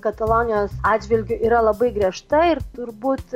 katalonijos atžvilgiu yra labai griežta ir turbūt